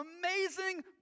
amazing